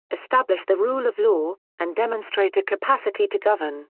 establish the rule of law, and demonstrate a capacity to govern,